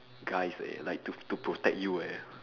guys leh like to to protect you eh